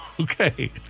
Okay